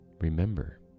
remember